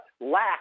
lack